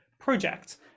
project